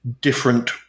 different